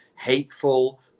hateful